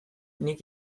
nik